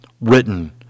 written